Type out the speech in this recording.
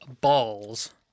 balls